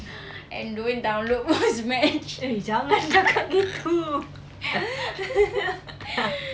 and don't download muzmatch